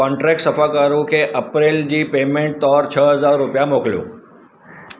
contract सफ़ाकारु खे अप्रैल जी पेमेंट तौर छ्ह हज़ार रुपिया मोकिलियो